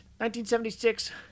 1976